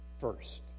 First